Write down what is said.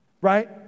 right